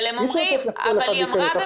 אי אפשר לתת לכל אחד להיכנס.